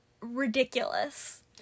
ridiculous